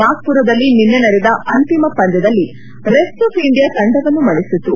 ನಾಗ್ವುರದಲ್ಲಿ ನಿನ್ನೆ ನಡೆದ ಅಂತಿಮ ಪಂದ್ಯದಲ್ಲಿ ರೆಸ್ಟ್ ಆಫ್ ಇಂಡಿಯಾ ತಂಡವನ್ನು ಮಣಿಸಿತು